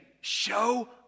show